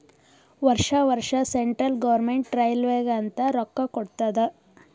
ವರ್ಷಾ ವರ್ಷಾ central government ರೈಲ್ವೇಗ ಅಂತ್ ರೊಕ್ಕಾ ಕೊಡ್ತಾದ್